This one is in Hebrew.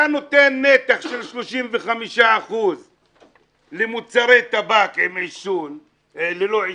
אתה נותן נתח של 35% למוצרי טבק ללא עישון,